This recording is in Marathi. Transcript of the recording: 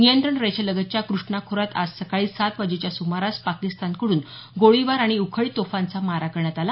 नियंत्रण रेषेलगतच्या कृष्णा खोऱ्यात आज सकाळी सात वाजेच्या सुमारास पाकिस्तानकडून गोळीबार आणि उखळी तोफांचा मारा करण्यात आला